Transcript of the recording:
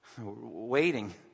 waiting